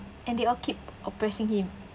and they all keep oppressing him